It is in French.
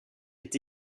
est